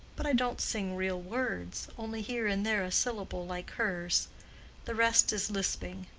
but i don't sing real words only here and there a syllable like hers the rest is lisping.